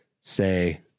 Say